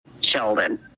Sheldon